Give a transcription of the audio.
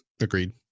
Agreed